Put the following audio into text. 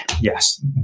Yes